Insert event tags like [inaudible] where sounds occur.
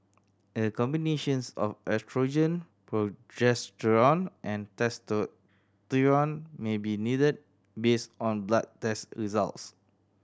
a combinations of oestrogen progesterone and [unintelligible] may be needed based on blood test results